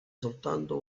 soltanto